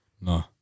No